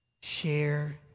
Share